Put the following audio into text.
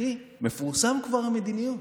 אחי, המדיניות כבר מפורסמת.